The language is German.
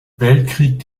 weltkrieg